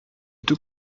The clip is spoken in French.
tous